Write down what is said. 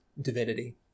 divinity